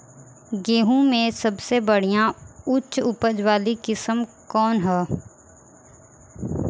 गेहूं में सबसे बढ़िया उच्च उपज वाली किस्म कौन ह?